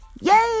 Yay